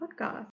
podcast